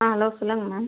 ஆ hello சொல்லுங்கள் ma'am